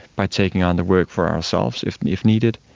by taking on the work for ourselves if if needed.